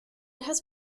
has